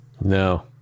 No